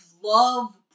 love